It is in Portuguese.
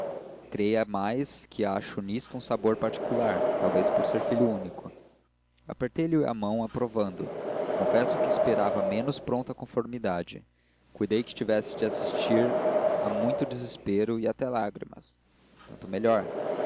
creia mais que acho nisto um sabor particular talvez por ser filho único apertei lhe a mão aprovando confesso que esperava menos pronta conformidade cuidei que tivesse de assistir a muito desespero e até lágrimas tanto melhor